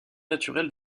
naturel